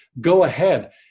go-ahead